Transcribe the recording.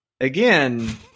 Again